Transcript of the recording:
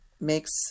makes